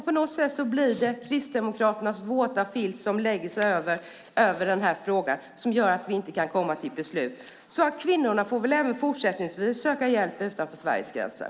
På något sätt blir det Kristdemokraternas våta filt som lägger sig över den här frågan och gör att ni inte kan komma till beslut. Kvinnorna får väl även fortsättningsvis söka hjälp utanför Sveriges gränser.